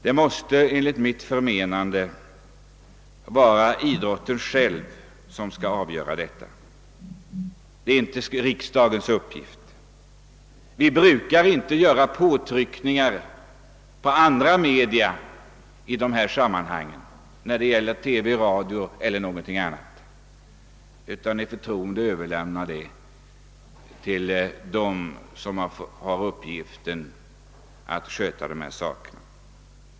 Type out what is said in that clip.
Det måste enligt mitt förmenande vara idrotten själv som skall avgöra detta; det är inte riksdagens uppgift. Vi brukar inte utöva påtryckningar på andra media i dessa sammanhang — t.ex. TV och radio — utan i förtroende överlämna avgörandet till dem som har uppgiften att sköta dessa verksamheter.